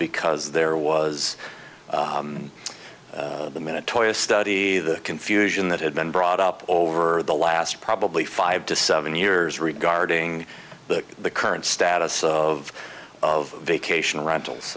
because there was the minute toys study the confusion that had been brought up over the last probably five to seven years regarding the the current status of of vacation rentals